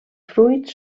fruits